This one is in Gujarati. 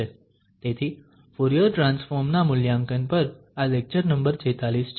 તેથી ફુરીયર ટ્રાન્સફોર્મ ના મૂલ્યાંકન પર આ લેક્ચર નંબર 46 છે